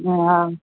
हा